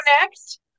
next